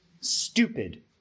Stupid